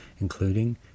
including